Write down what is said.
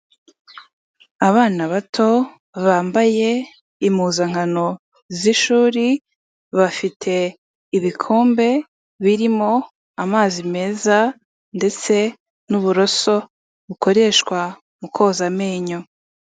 Abana bato bambaye impuzankano z'ishuri, bafite ibikombe birimo amazi meza ndetse n'uburoso bukoreshwa mu koza amenyo.